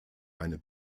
eine